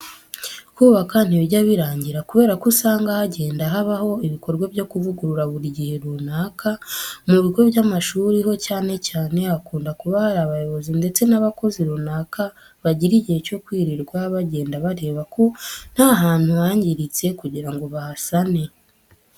Kubaka ntibijya birangira kubera ko usanga hagenda habaho ibikorwa byo kuvugurura buri gihe runaka. Mu bigo by'amashuri ho cyane cyane hakunda kuba hari abayobozi ndetse n'abakozi runaka bagira igihe cyo kwirirwa bagenda bareba ko nta hantu hangiritse kugira ngo bahasane.